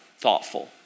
thoughtful